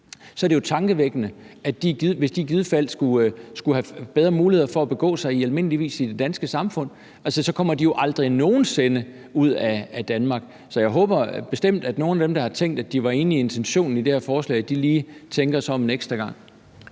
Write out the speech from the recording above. så er det jo tankevækkende, hvis de i givet fald skulle have bedre muligheder for at begå sig på almindelig vis i det danske samfund. Altså, så kommer de jo aldrig nogen sinde ud af Danmark. Så jeg håber bestemt, at nogle af dem, der har tænkt, at de var enige i intentionen i det her forslag, lige tænker sig om en ekstra gang.